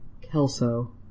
Kelso